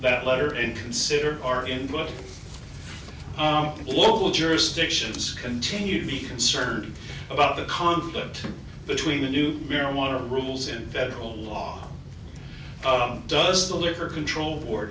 that letter and consider our input our local jurisdictions continue to be concerned about the conflict between the new marijuana rules in federal law does the liquor control board